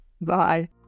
bye